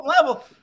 level